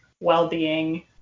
well-being